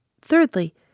thirdly